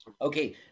Okay